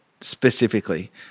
specifically